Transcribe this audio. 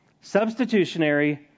substitutionary